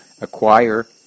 acquire